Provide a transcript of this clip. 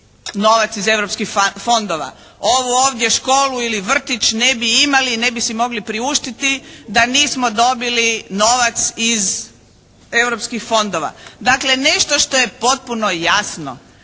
novac iz europskih fondova. Ovu ovdje školu ili vrtiće ne bi imali i ne bi si mogli priuštiti da nismo dobili novac iz europskih fondova. Dakle, nešto što je potpuno jasno,